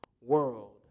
world